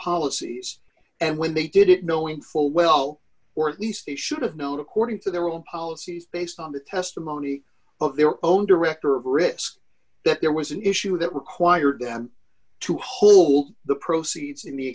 policies and when they did it knowing full well or at least they should have known according to their own policies based on the testimony of their own director of risk that there was an issue that required them to hold the proceeds in the